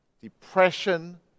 depression